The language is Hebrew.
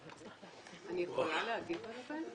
אני יכולה להגיב על זה?